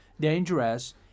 dangerous